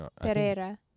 Pereira